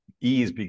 ease